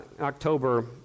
October